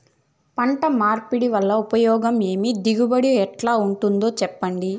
పంట మార్పిడి వల్ల ఉపయోగం ఏమి దిగుబడి ఎట్లా ఉంటుందో చెప్పండి?